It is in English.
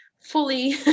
fully